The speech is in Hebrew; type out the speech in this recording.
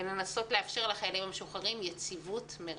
ולאפשר לחיילים המשוחררים יציבות מרבית.